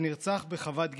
שנרצח בחוות גלעד,